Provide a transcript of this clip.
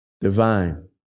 Divine